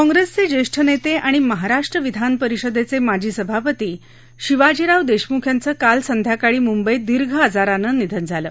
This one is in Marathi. काँप्रेसचे ज्येष्ठ नेते आणि महाराष्ट्र विधान परिषदेचे माजी सभापती शिवाजीराव देशमुख यांचं काल संध्याकाळी मुंबईत दीर्घ आजारानं निधन झालं